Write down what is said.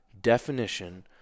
definition